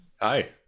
Hi